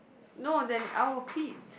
no then I will quit